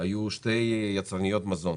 היו שתי יצרניות מזון